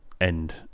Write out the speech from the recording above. end